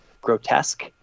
Grotesque